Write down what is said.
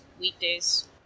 weekdays